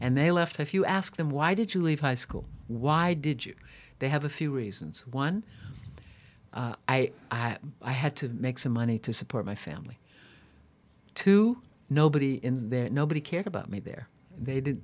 and they left if you ask them why did you leave high school why did you they have a few reasons one i i had to make some money to support my family two nobody in there nobody cared about me there they did